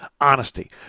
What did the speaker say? honesty